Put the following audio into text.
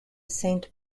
saint